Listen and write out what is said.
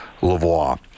Lavoie